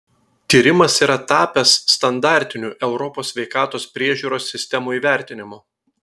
tyrimas yra tapęs standartiniu europos sveikatos priežiūros sistemų įvertinimu